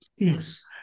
Yes